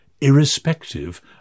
irrespective